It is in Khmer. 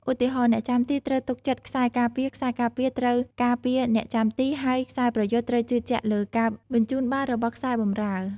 ឧទាហរណ៍ អ្នកចាំទីត្រូវទុកចិត្តខ្សែការពារ ខ្សែការពារត្រូវការពារអ្នកចាំទី ហើយខ្សែប្រយុទ្ធត្រូវជឿជាក់លើការបញ្ជូនបាល់របស់ខ្សែបម្រើ។